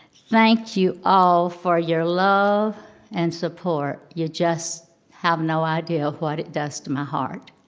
thank you all for your love and support. you just have no idea what it does to my heart.